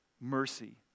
mercy